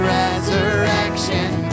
resurrection